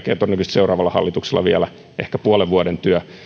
seuraavalla hallituksella on vielä ehkä puolen vuoden työ